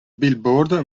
billboard